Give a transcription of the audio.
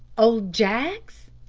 old jaggs!